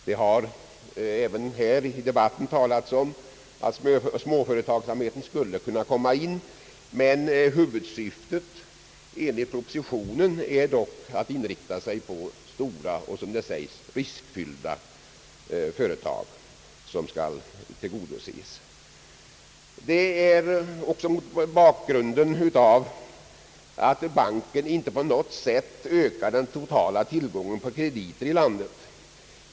Dei har även här i debaiten talats om att småföretagsamheten skulle kunna komma in, men enligt propositionen är ju huvudsyftet att inrikta sig på stora och, som det sägs, riskfyllda företag. Jag vill också framhålla att banken inte på något sätt ökar den iotala tillgången på krediter i landet.